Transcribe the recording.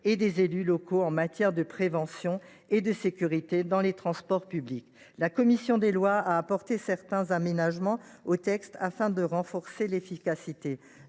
et des élus locaux en matière de prévention et de sécurité dans les transports publics. La commission des lois a apporté certains aménagements au texte, afin d’en renforcer l’efficacité.